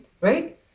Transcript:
right